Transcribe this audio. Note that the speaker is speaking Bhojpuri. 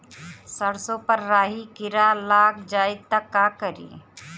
सरसो पर राही किरा लाग जाई त का करी?